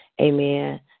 Amen